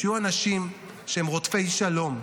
כשיהיו אנשים שהם רודפי שלום.